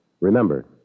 Remember